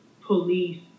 police